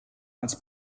als